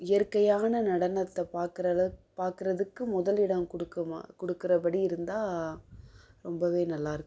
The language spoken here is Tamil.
இயற்கையான நடனத்தை பார்க்குற அளவு பார்க்குறதுக்கு முதலிடம் கொடுக்கணுமா கொடுக்குற படி இருந்தால் ரொம்பவே நல்லா இருக்கும்